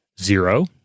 Zero